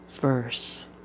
Verse